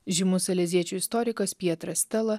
žymus aleziečių istorikas pietras stela